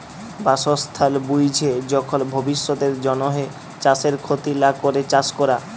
বাসস্থাল বুইঝে যখল ভবিষ্যতের জ্যনহে চাষের খ্যতি লা ক্যরে চাষ ক্যরা